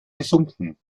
gesunken